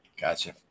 Gotcha